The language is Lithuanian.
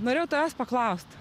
norėjau tavęs paklaust